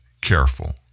careful